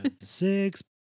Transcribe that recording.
Six